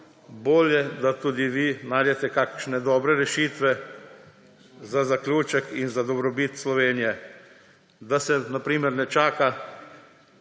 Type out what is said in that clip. Bolje, da tudi vi najdete kakšne dobre rešitve, za zaključek in za dobrobit Slovenije, da se na primer ne čaka